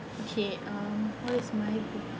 okay um what is my